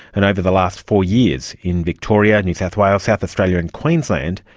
and over the last four years in victoria, new south wales, south australia and queensland,